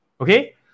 okay